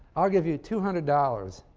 i'll give you two hundred dollars,